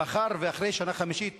מאחר שאחרי השנה החמישית